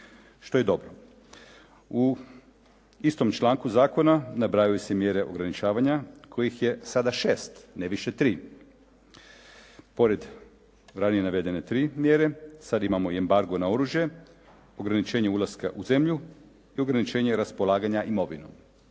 što je dobro. U istom članku zakona nabrajaju se mjere ograničavanja kojih je sada 6, ne više 3. Pored ranije navedene tri mjere sad imamo i embargu na oružje, ograničenje ulaska u zemlju i ograničenje raspolaganja imovinom.